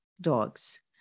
dogs